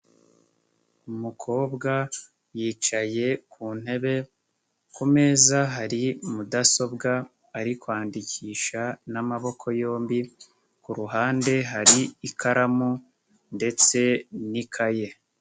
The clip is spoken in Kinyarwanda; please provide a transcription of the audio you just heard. Umukobwa yicaye ku ntebe, kumeza hari mudasobwa ari kwandikisha n'amaboko yombi, ku ruhande hari ikaramu ndetse n'ikaye.